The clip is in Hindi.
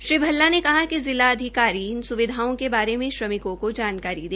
श्री भल्ला ने कहा कि जिला अधिकारियों इन स्विधाओं के बारे में श्रमिकों को जानकारी दे